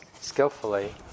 skillfully